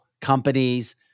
companies